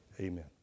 Amen